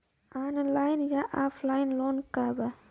Online या offline loan का बा?